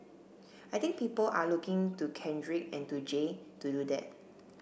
I think people are looking to Kendrick and to Jay to do that